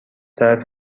طرف